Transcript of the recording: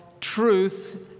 truth